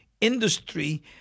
industry